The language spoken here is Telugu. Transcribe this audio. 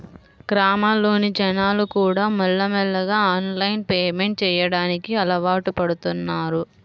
గ్రామాల్లోని జనాలుకూడా మెల్లమెల్లగా ఆన్లైన్ పేమెంట్ చెయ్యడానికి అలవాటుపడుతన్నారు